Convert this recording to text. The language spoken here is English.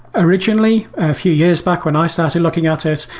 originally, a few years back when i started looking at it,